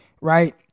right